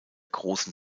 großen